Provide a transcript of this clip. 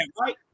right